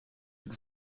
het